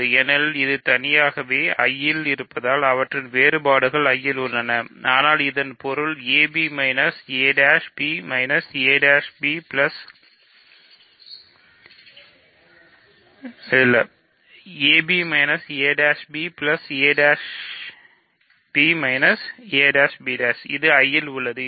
ஏனெனில் அவை தனித்தனியாக I ல் இருப்பதால் அவற்றின் வேறுபாடுகள் I ல் உள்ளன ஆனால் இதன் பொருள் ab a b a' b a' b' இது I இல் உள்ளது